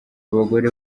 abagore